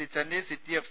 C Chennai city F